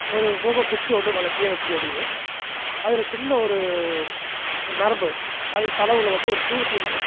ஒரு மூங்கல் குச்சி ஒன்று வளர்த்தியா வச்சுக்க வேண்டியது அதில் சின்ன ஒரு நரம்பு அது தலை உள்ள வந்து ஒரு தூண்டில் இருக்கும்